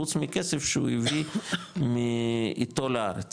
חוץ מכסף שהוא הביא אתו לארץ